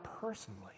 personally